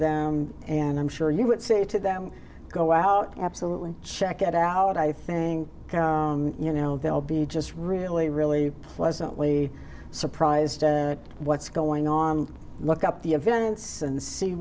them and i'm sure you would say to them go out absolutely check it out i think you know they'll be just really really pleasantly surprised what's going on look up the events and see